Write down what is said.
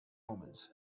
omens